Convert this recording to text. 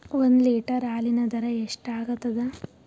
ಒಂದ್ ಲೀಟರ್ ಹಾಲಿನ ದರ ಎಷ್ಟ್ ಆಗತದ?